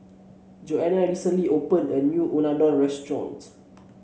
Jonna recently opened a new Unadon Restaurant